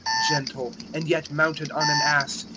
gentle, and yet mounted on an ass,